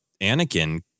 Anakin